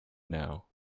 know